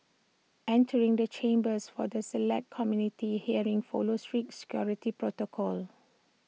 entering the chambers for the Select Committee hearing follows strict security protocol